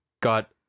got